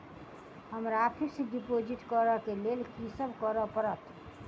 हमरा fix deposit करऽ केँ लेल की सब करऽ पड़त?